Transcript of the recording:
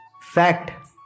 fact